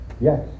Yes